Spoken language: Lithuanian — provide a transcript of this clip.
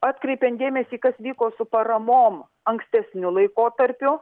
atkreipiant dėmesį kas vyko su paramom ankstesniu laikotarpiu